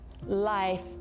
life